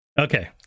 Okay